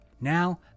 Now